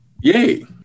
Yay